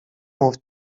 mów